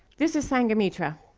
this is sanghamitra.